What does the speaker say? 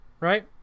right